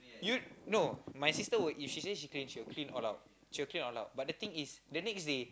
you no my sister will if she say she will clean all out she will clean all out but the thing is the next day